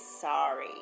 sorry